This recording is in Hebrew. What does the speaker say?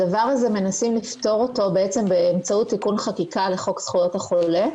ומנסים לפתור את הדבר הזה באמצעות תיקון חקיקה לחוק זכויות החולה.